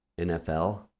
NFL